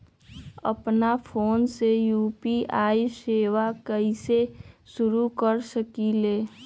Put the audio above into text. अपना फ़ोन मे यू.पी.आई सेवा कईसे शुरू कर सकीले?